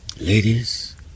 ladies